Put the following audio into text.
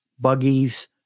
buggies